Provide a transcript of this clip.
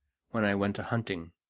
when i went a-hunting.